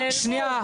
שנייה.